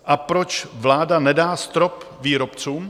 A proč vláda nedá strop výrobcům?